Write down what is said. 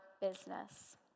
business